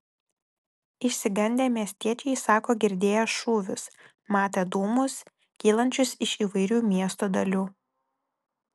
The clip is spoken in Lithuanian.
išsigandę miestiečiai sako girdėję šūvius matę dūmus kylančius iš įvairių miesto dalių